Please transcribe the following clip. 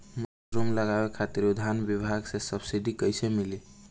Mushroom लगावे खातिर उद्यान विभाग से सब्सिडी कैसे मिली?